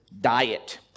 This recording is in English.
diet